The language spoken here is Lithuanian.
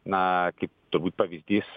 na kaip turbūt pavyzdys